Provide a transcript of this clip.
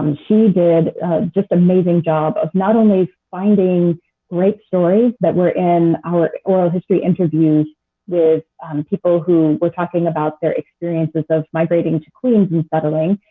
and she did just an amazing job of not only finding great stories, but were in our oral history interviews with people who were talking about their experiences of migrating to queens and settling,